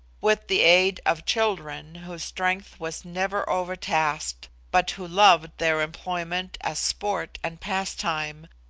with the aid of children whose strength was never overtasked, but who loved their employment as sport and pastime,